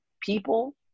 people